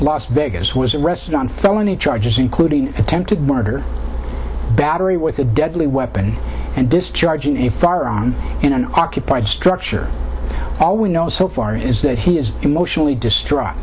las vegas was arrested on felony charges including attempted murder battery with a deadly weapon and discharging a firearm in an occupied structure all we know so far is that he is emotionally distraught